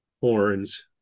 horns